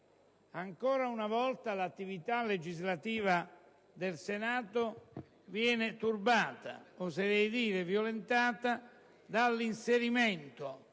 Ancora una volta, l'attività legislativa del Senato viene turbata, oserei dire violentata, dall'inserimento